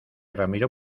ramiro